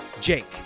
Jake